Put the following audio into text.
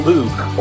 Luke